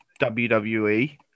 WWE